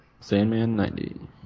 sandman90